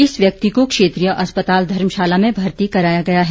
इस व्यक्ति को क्षेत्रीय अस्पताल धर्मशाला में भर्ती कराया गया है